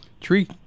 tree